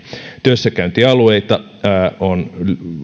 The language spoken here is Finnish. työssäkäyntialueita on